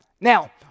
Now